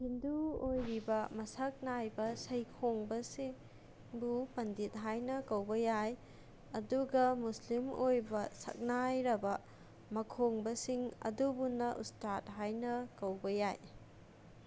ꯍꯤꯟꯗꯨ ꯑꯣꯏꯔꯤꯕ ꯃꯁꯛ ꯅꯥꯏꯕ ꯁꯩꯈꯣꯡꯕꯁꯤꯡꯕꯨ ꯄꯟꯗꯤꯠ ꯍꯥꯏꯅ ꯀꯧꯕ ꯌꯥꯏ ꯑꯗꯨꯒ ꯃꯨꯁꯂꯤꯝ ꯑꯣꯏꯕ ꯁꯛꯅꯥꯏꯔꯕ ꯃꯈꯣꯡꯕꯁꯤꯡ ꯑꯗꯨꯕꯨꯅ ꯎꯁꯇꯥꯠ ꯍꯥꯏꯅ ꯀꯧꯕ ꯌꯥꯏ